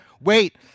wait